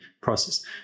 process